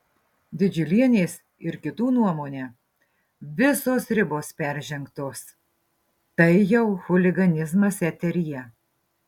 didžiulienės ir kitų nuomone visos ribos peržengtos tai jau chuliganizmas eteryje